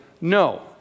No